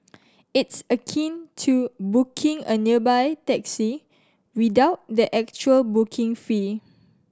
it's akin to booking a nearby taxi without the actual booking fee